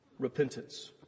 Repentance